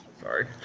Sorry